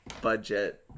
budget